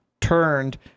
turned